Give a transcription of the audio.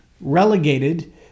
relegated